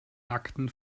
akten